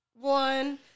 one